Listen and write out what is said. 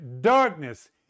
darkness